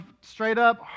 straight-up